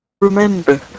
Remember